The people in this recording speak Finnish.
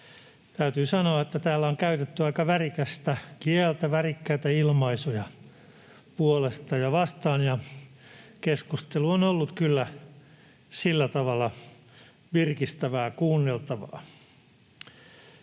täytyy sanoa, että täällä on käytetty aika värikästä kieltä, värikkäitä ilmaisuja puolesta ja vastaan, ja keskustelu on ollut kyllä sillä tavalla virkistävää kuunneltavaa.